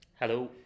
Hello